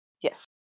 yes